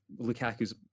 Lukaku's